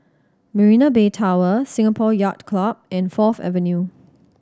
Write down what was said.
Marina Bay Tower Singapore Yacht Club and Fourth Avenue